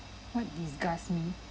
what disgust